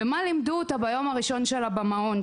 מה לימדו אותה ביום הראשון שלה במעון?